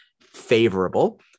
favorable